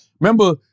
remember